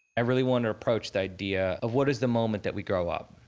i really want to approach the idea of what is the moment that we grow up?